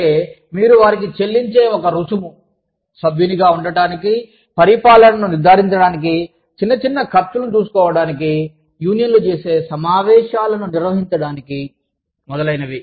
అంటే మీరు వారికి చెల్లించే ఒక రుసుము సభ్యునిగా ఉండటానికి పరిపాలనను నిర్ధారించడానికి చిన్న ఖర్చులను చూసుకోవటానికి యూనియన్లు చేసే సమావేశాలను నిర్వహించడానికి మొదలైనవి